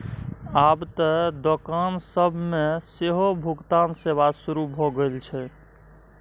आब त दोकान सब मे सेहो भुगतान सेवा शुरू भ गेल छै